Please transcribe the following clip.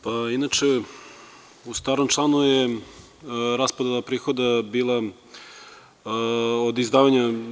Pa, inače, u starom članu je raspodela prihoda bila od izdavanja.